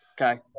Okay